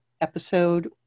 episode